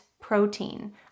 protein